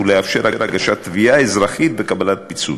ולאפשר הגשת תביעה אזרחית וקבלת פיצוי.